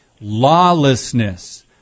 lawlessness